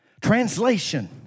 Translation